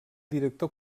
director